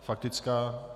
Faktická.